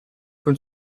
con